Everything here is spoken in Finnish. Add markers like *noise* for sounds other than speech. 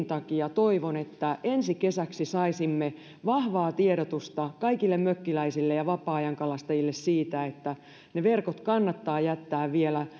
*unintelligible* takia toivon että ensi kesäksi saisimme vahvaa tiedotusta kaikille mökkiläisille ja vapaa ajankalastajille siitä että ne verkot kannattaa jättää vielä *unintelligible*